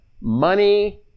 money